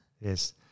yes